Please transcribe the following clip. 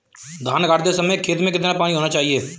धान गाड़ते समय खेत में कितना पानी होना चाहिए?